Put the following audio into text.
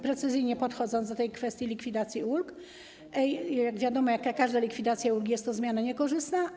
Precyzyjnie podchodząc do kwestii likwidacji ulg: wiadomo, że jak każda likwidacja ulg jest to zmiana niekorzystna.